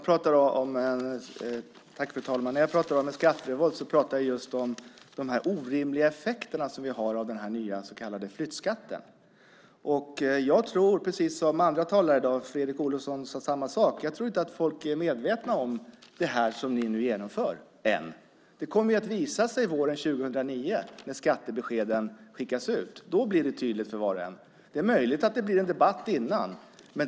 Fru talman! När jag pratar om en skatterevolt pratar jag om de orimliga effekter som vi har av den nya så kallade flyttskatten. Jag tror precis som andra talare i dag - Fredrik Olovsson sade samma sak - att folk inte är medvetna än om det som ni nu genomför. Det kommer att visa sig våren 2009 när skattebeskeden skickas ut. Då blir det tydligt för var och en. Det är möjligt att det blir en debatt innan.